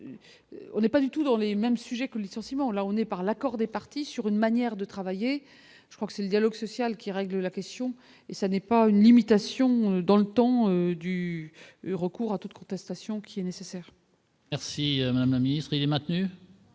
on n'est pas du tout dans les mêmes sujets que licenciement, là on est par l'accord des parties sur une manière de travailler, je crois que c'est le dialogue social qui règle la question. Et ça n'est pas une limitation dans le temps du recours à toutes contestations qui est nécessaire. Merci madame la ministre est maintenant.